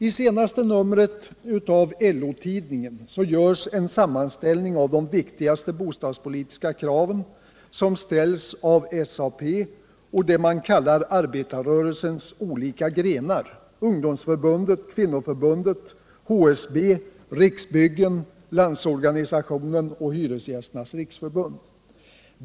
I senaste numret av LO-tidningen görs en sammanställning av de viktigaste bostadspolitiska krav som ställs av SAP och det man kallar arbetarrörelsens olika grenar — ungdomsförbundet, kvinnoförbundet, HSB, Riksbyggen, LO och Hyresgästernas riksförbund.